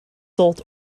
sold